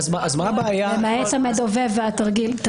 למעט המדובב והתרגיל.